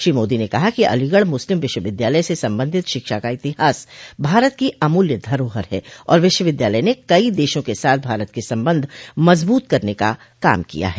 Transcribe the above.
श्री मोदी ने कहा कि अलीगढ़ मुस्लिम विश्वविद्यालय से संबंधित शिक्षा का इतिहास भारत की अमूल्य धरोहर है और विश्वविद्यालय ने कई देशों के साथ भारत के संबंध मजबूत करने का काम किया है